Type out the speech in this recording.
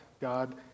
God